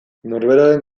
norberaren